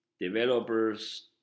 developers